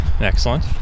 Excellent